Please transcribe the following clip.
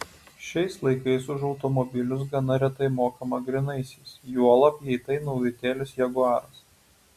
šiais laikais už automobilius gana retai mokama grynaisiais juolab jei tai naujutėlis jaguaras